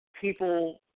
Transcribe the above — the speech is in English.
people